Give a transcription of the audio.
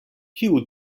kiu